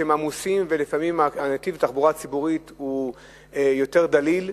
כי לפעמים הם עמוסים ונתיב התחבורה הציבורית הוא יותר דליל.